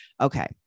okay